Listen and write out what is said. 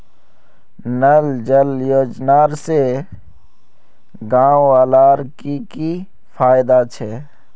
नल जल योजना से गाँव वालार की की फायदा छे?